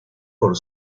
por